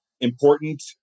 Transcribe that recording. important